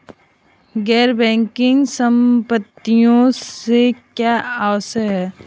गैर बैंकिंग संपत्तियों से क्या आशय है?